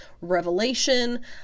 Revelation